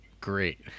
great